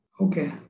okay